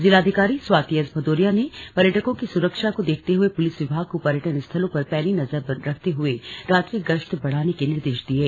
जिलाधिकारी स्वाति एस भदौरिया ने पर्यटकों की सुरक्षा को देखते हुए पुलिस विभाग को पर्यटन स्थलों पर पैनी नजर रखते हए रात्रि गश्त बढ़ाने के निर्देश दिये